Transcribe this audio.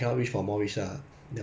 what wishes ah